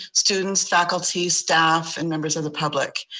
students, faculty, staff, and members of the public.